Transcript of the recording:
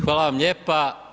Hvala vam lijepa.